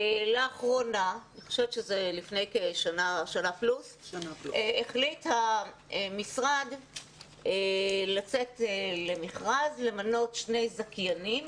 לפני שנה פלוס החליט המשרד לצאת למכרז למנות שני זכיינים,